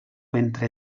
ventre